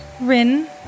Rin